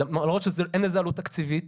למרות שאין לזה עלות תקציבית,